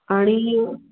आणि